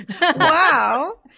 wow